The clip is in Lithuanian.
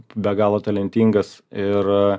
be galo talentingas ir